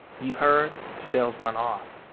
you've heard? estelle's run off.